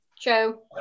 Joe